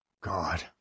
God